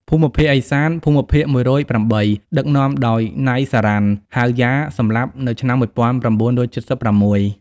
ភូមិភាគឦសាន (ភូមិភាគ១០៨) ដឹកនាំដោយ ណៃ សារ៉ាន់ ហៅ យ៉ា (សម្លាប់នៅឆ្នាំ១៩៧៦)។